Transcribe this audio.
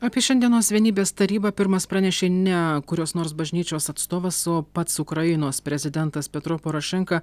apie šiandienos vienybės tarybą pirmas pranešė ne kurios nors bažnyčios atstovas o pats ukrainos prezidentas petro porošenka